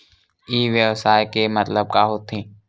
ई व्यवसाय के मतलब का होथे?